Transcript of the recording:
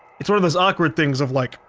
it's one of those awkward things of like,